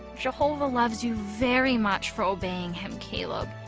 jehovah loves you very much for obeying him caleb.